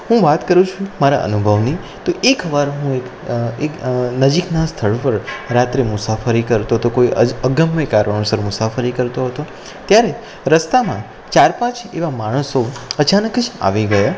હું વાત કરું છું મારા અનુભવની તો એક વાર હું એક નજીકના સ્થળ ઉપર રાત્રે મુસાફરી કરતો તો કોઈ જ અગમ્ય કારણોસર મુસાફરી કરતો હતો ત્યારે રસ્તામાં ચાર પાંચ એવા માણસો અચાનક જ આવી ગયા